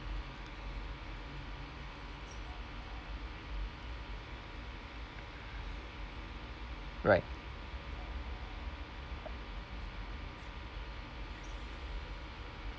right